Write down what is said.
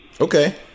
Okay